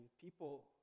people